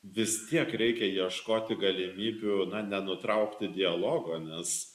vis tiek reikia ieškoti galimybių nenutraukti dialogo nes